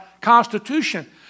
constitution